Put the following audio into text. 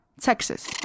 Texas